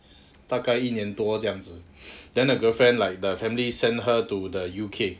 大概一年多这样子 then the girlfriend like the family sent her to the U_K